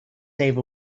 save